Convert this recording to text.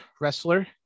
wrestler